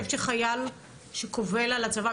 אתה חושב שחייל שקובל על הצבא,